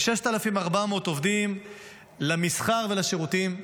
כ-6,400 עובדים למסחר ולשירותים,